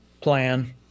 plan